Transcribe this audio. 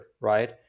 right